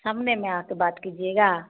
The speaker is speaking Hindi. सामने में आकर बात कीजिएगा